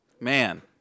Man